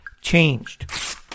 changed